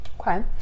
Okay